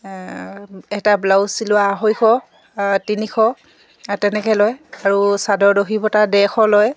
এটা ব্লাউজ ছিলোৱা আঢ়ৈশ তিনিশ তেনেকে লয় আৰু চাদৰ দহি বতা ডেৰশ লয়